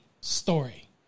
story